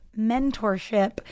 mentorship